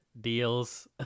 deals